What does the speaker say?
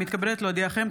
אני מתכבדת להודיעכם,